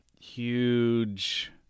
huge